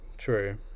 True